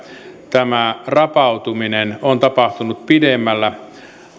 tämä rapautuminen on tapahtunut pidemmällä